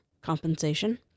compensation